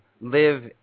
live